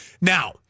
Now